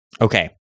Okay